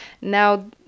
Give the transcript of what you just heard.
now